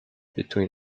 between